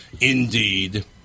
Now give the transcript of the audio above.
Indeed